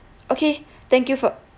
okay thank you for